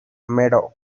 meadow